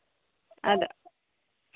ᱟᱫᱚ